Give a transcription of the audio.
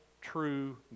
true